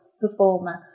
performer